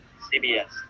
CBS